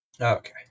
Okay